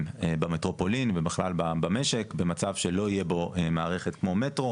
במטרופולין ובכלל במשק במצב שלא יהיה בו מערכת כמו מטרו.